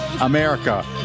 America